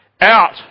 out